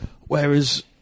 Whereas